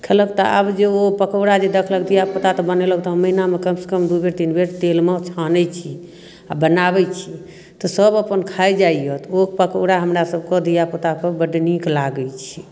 खेलक तऽ आब जे ओ पकौड़ा जे देखलक धियापुता तऽ बनेलक तऽ हम महिनामे कमसँ कम दू बेर तीन बेर तेलमे छानै छी आओर बनाबै छी तऽ सब अपन खाइ जाइए तऽ ओ पकौड़ा हमरा सबके धियापुताके बड्ड नीक लागै छै